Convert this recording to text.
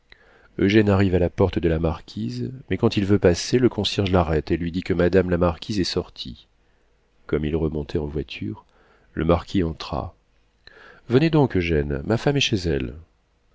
pas eugène arrive à la porte de la marquise mais quand il veut passer le concierge l'arrête et lui dit que madame la marquise est sortie comme il remontait en voiture le marquis entra venez donc eugène ma femme est chez elle